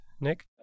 Nick